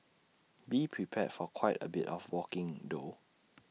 be prepared for quite A bit of walking though